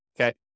okay